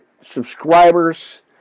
subscribers